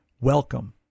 Welcome